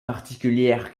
particulière